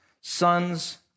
sons